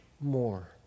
more